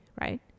right